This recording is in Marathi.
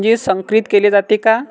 अंजीर संकरित केले जाते का?